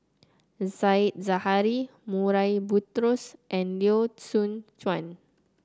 Said Zahari Murray Buttrose and Teo Soon Chuan